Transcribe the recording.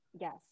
Yes